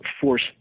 force